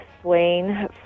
Swain